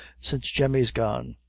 since jemmy's gone.